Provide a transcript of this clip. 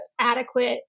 adequate